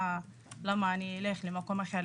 למה שאני אלך למקום אחר,